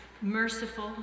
merciful